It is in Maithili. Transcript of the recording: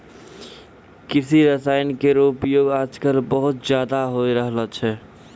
कृषि रसायन केरो उपयोग आजकल बहुत ज़्यादा होय रहलो छै